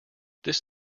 this